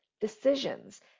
decisions